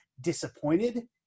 disappointed